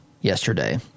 yesterday